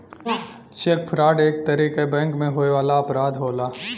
check fraud एक तरे क बैंक में होए वाला अपराध होला